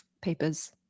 papers